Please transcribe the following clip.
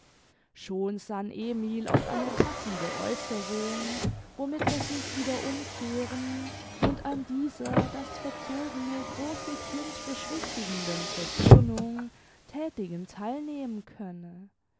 schon sann emil auf eine passende aeußerung womit er sich wieder umkehren und an dieser das verzogene große kind beschwichtigenden versöhnung thätigen theil nehmen könne